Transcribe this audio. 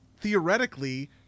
theoretically